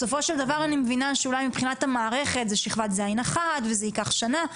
בסופו של דבר אני מבינה שמבחינת המערכת זה ייקח שנה,